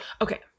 Okay